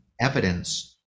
evidence